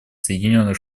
соединенных